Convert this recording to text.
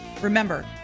remember